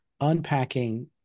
unpacking